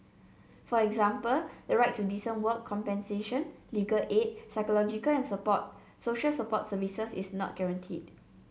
for example the right to decent work compensation legal aid psychological and support social support services is not guaranteed